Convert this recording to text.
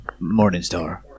Morningstar